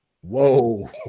Whoa